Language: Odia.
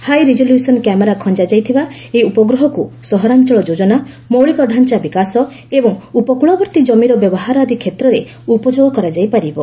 ହାଇ ରିଜଲ୍ୟୁସନ୍ କ୍ୟାମେରା ଖଞ୍ଞା ଯାଇଥିବା ଏହି ଉପଗ୍ରହକୁ ସହରାଅଳ ଯୋଜନା ମୌଳିକ ଢ଼ାଆ ବିକାଶ ଏବଂ ଉପକୂଳବର୍ତ୍ତୀ ଜମିର ବ୍ୟବହାର ଆଦି କ୍ଷେତ୍ରରେ ଉପଯୋଗ କରାଯାଇ ପାରିବ